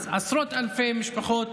אז עשרות אלפי משפחות